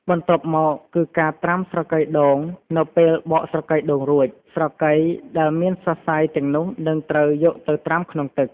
បន្ទាប់់មកគឺ ការត្រាំស្រកីដូងនៅពេលបកស្រកីដូងរួច ស្រកីដែលមានសរសៃទាំងនោះនឹងត្រូវយកទៅ ត្រាំក្នុងទឹក។